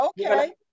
okay